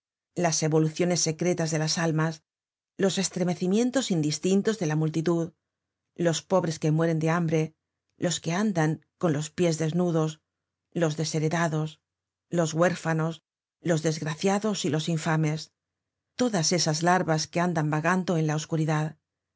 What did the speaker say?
las evoluciones secretas de las almas los estremecimientos indistintos de la multitud los pobres que mueren de hambre los que andan con los pies desnudos los desheredados los content from google book search generated at huérfanos los desgraciados y los infames todas esas larvas que andan vagando en la oscuridad